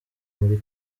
muri